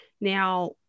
Now